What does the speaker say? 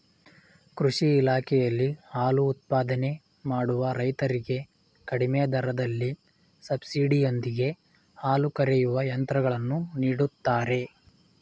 ಕೃಷಿ ಇಲಾಖೆಯಲ್ಲಿ ಹಾಲು ಉತ್ಪಾದನೆ ಮಾಡುವ ರೈತರಿಗೆ ಕಡಿಮೆ ದರದಲ್ಲಿ ಸಬ್ಸಿಡಿ ಯೊಂದಿಗೆ ಹಾಲು ಕರೆಯುವ ಯಂತ್ರಗಳನ್ನು ನೀಡುತ್ತಾರೆ